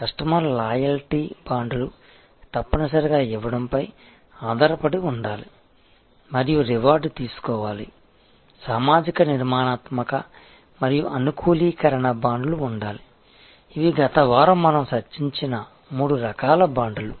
customer loyalty బాండ్లు తప్పనిసరిగా ఇవ్వడంపై ఆధారపడి ఉండాలి మరియు రివార్డ్ తీసుకోవాలి సామాజిక నిర్మాణాత్మక మరియు అనుకూలీకరణ బాండ్లు ఉండాలి ఇవి గత వారం మనం చర్చించిన మూడు రకాల బాండ్లు